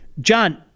John